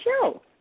show